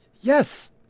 Yes